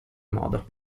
modo